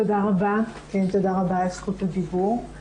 תודה רבה על זכות הדיבור.